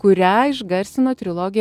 kurią išgarsino trilogija